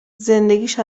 زندگیش